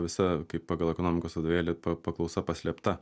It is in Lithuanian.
visa kaip pagal ekonomikos vadovėlį paklausa paslėpta